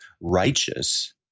righteous